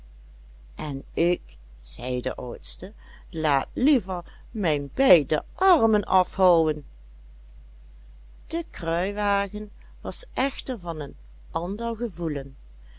en ik zei de oudste laat liever mijn beide armen afhouwen de kruiwagen was echter van een ander gevoelen